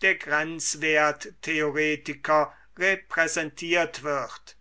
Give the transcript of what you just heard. der grenzwerttheoretiker repräsentiert wird